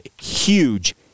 huge